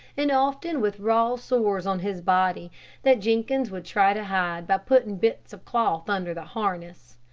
and often with raw sores on his body that jenkins would try to hide by putting bits of cloth under the harness.